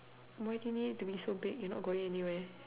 why do ou need to be so big you not going anywhere